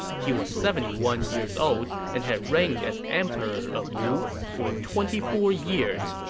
he was seventy one years old and had reigned as emperor of wu for twenty four years.